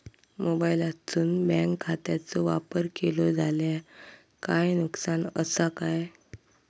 मोबाईलातसून बँक खात्याचो वापर केलो जाल्या काय नुकसान असा काय?